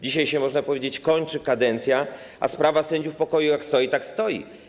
Dzisiaj, można powiedzieć, kończy się kadencja, a sprawa sędziów pokoju jak stała, tak stoi.